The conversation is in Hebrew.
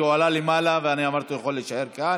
כי הוא עלה למעלה ואני אמרתי לו שהוא יכול להישאר כאן,